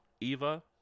Eva